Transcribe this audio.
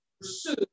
pursue